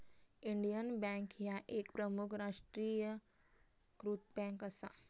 Indian Bank ह्या एक प्रमुख राष्ट्रीयीकृत बँक असा